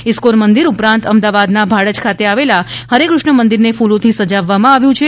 ISKCON મંદિર ઉપરાંત અમદાવાદના ભાડજ ખાતે આવેલા હરેકૃષ્ણ મંદિરને ફૂલોથી સજાવવામાં આવ્યુ છે